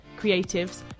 creatives